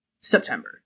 September